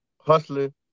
hustling